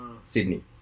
Sydney